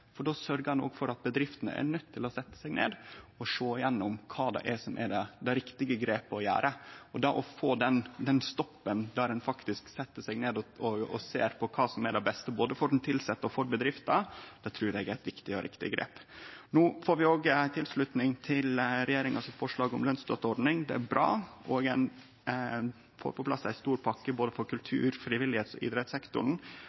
for då sørgjer ein òg for at bedriftene er nøydde til å setje seg ned og sjå igjennom kva som er det riktige grepet å gjere. Det å få den stoppen, der ein faktisk set seg ned og ser på kva som er det beste, både for den tilsette og for bedrifta, trur eg er eit viktig og riktig grep. No får vi òg tilslutning til regjeringa sitt forslag om lønsstøtteordning. Det er bra, og ein får på plass ei stor pakke på både